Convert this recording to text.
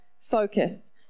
focus